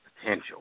potential